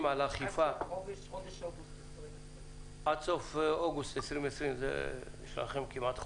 על אכיפה עד סוף אוגוסט 2020. יש לכם כמעט חודש.